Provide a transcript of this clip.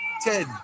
Ted